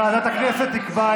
ועדת החוקה?